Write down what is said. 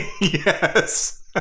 yes